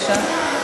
בבקשה.